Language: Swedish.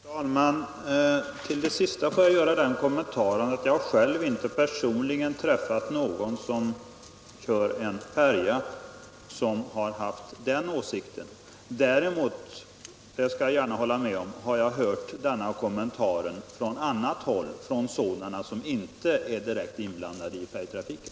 Herr talman! Till det sista får jag göra den kommentaren att jag själv inte personligen träffat någon som kör en färja och som har haft den åsikten. Däremot skall jag gärna hålla med om att man har hört denna kommentar från annat håll, från personer som inte är direkt inblandade i färjtrafiken.